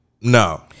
No